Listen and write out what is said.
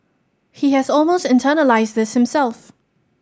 he has almost internalised this himself